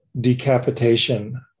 decapitation